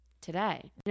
today